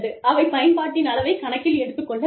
அவை பயன்பாட்டின் அளவை கணக்கில் எடுத்துக்கொள்ள வேண்டும்